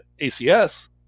ACS